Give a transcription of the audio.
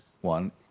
one